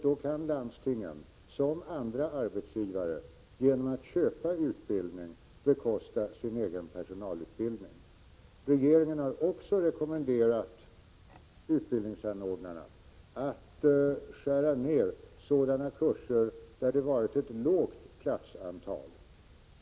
Då kan landstingen som andra arbetsgivare genom att köpa en utbildning bekosta sin egen personalutbildning. Regeringen har också rekommenderat utbildningsanordnarna att skära ner sådana kurser där det varit ett lågt platsantal.